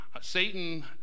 Satan